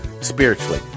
spiritually